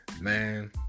man